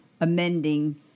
amending